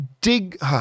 dig